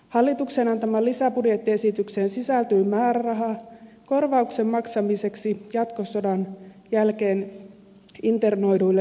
hallituksen antamaan lisäbudjettiesitykseen sisältyy määräraha korvauksen maksamiseksi jatkosodan jälkeen internoiduille siviilihenkilöille